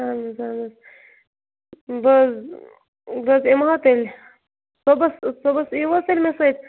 اہن حظ اہن حظ بہٕ حظ بہٕ حظ یِمہو تیٚلہِ صُبحَس صُبحَس ییٖیِو حظ تیٚلہِ مےٚ سۭتۍ